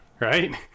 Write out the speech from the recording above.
Right